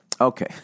Okay